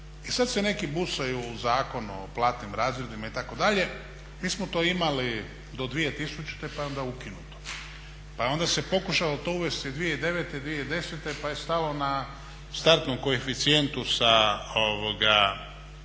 I sad se neki busaju u Zakon o platnim razredima itd., mi smo to imali 2000. pa je onda ukinuto. Onda se pokušalo to uvesti 2009., 2010. pa je stalo na startnom koeficijentu u pregovoru